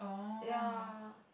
ya